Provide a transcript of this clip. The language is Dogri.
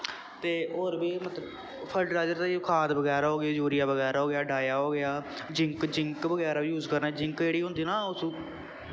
ते होर बी मतलब फर्टीलाइज़र दा इ'यो खाद बगैरा हो गेआ यूरिया बगैरा हो गेआ डाया हो गेआ जिंक जिंक बगैरा बी यूज करना जिंक जेह्ड़ी होंदी न ओह्